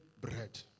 bread